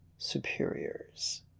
superiors